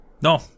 No